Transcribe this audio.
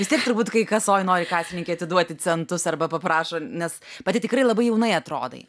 vis tiek turbūt kai kasoj nori kasininkė atiduoti centus arba paprašo nes pati tikrai labai jaunai atrodai